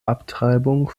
abtreibung